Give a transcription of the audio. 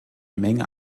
menge